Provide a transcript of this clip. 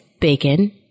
bacon